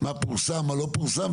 מה פורסם ומה לא פורסם?